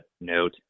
note